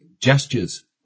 gestures